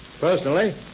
Personally